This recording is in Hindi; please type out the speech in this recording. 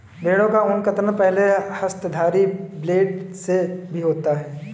भेड़ों का ऊन कतरन पहले हस्तधारी ब्लेड से भी होता है